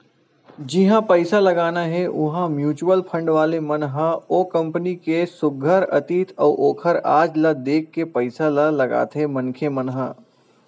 जिहाँ पइसा लगाना हे उहाँ म्युचुअल फंड वाले मन ह ओ कंपनी के सुग्घर अतीत अउ ओखर आज ल देख के पइसा ल लगाथे मनखे मन ह